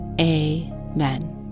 Amen